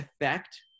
effect